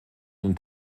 den